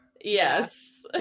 yes